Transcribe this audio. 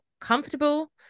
comfortable